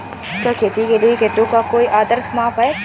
क्या खेती के लिए खेतों का कोई आदर्श माप है?